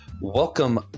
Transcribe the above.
Welcome